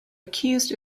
accused